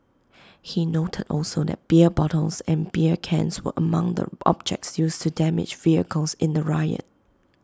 he noted also that beer bottles and beer cans were among the objects used to damage vehicles in the riot